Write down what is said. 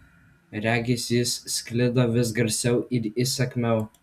regis jis sklido vis garsiau ir įsakmiau